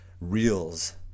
reels